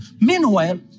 Meanwhile